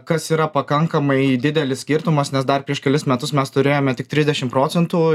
kas yra pakankamai didelis skirtumas nes dar prieš kelis metus mes turėjome tik trisdešim procentų